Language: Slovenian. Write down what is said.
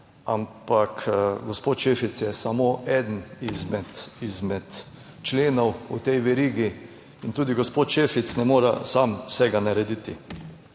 ampak gospod Šefic je samo eden izmed členov v tej verigi in tudi gospod Šefic ne more sam vsega narediti.